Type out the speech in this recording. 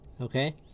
okay